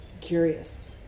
curious